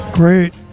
Great